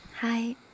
Hi